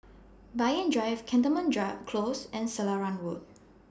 Banyan Drive Cantonment Close and Selarang Road